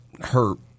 hurt